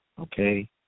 okay